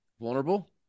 vulnerable